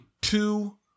Two